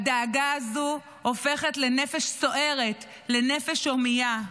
הדאגה הזאת הופכת לנפש סוערת, לנפש הומייה.